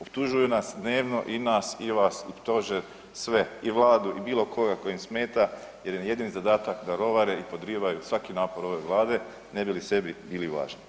Optužuju nas dnevno i nas i vas i Stožer, sve i Vladu i bilo koga tko im smeta jer im je jedini zadatak da rovare i podrivaju svaki napor ove Vlade ne bi li sebi bili važni.